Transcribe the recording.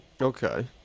Okay